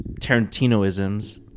Tarantinoisms